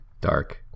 Dark